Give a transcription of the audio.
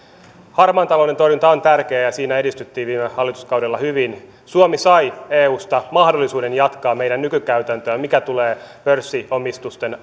harmaan talouden torjunta on tärkeää ja siinä edistyttiin viime hallituskaudella hyvin suomi sai eusta mahdollisuuden jatkaa meidän nykykäytäntöä mitä tulee pörssiomistusten